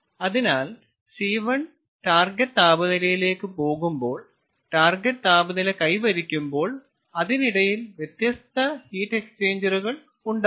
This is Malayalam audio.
അതിനാൽ C1 ടാർഗെറ്റ് താപനിലയിലേക്ക് പോകുമ്പോൾ ടാർഗെറ്റ് താപനില കൈവരിക്കുമ്പോൾ അതിനിടയിൽ വ്യത്യസ്ത ഹീറ്റ് എക്സ്ചേഞ്ചറുകൾ ഉണ്ടാകും